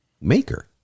maker